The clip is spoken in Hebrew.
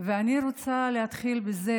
אני רוצה להתחיל בזה